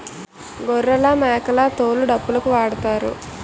గొర్రెలమేకల తోలు డప్పులుకు వాడుతారు